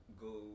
go